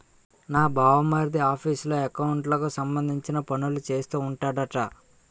నా బావమరిది ఆఫీసులో ఎకౌంట్లకు సంబంధించిన పనులే చేస్తూ ఉంటాడట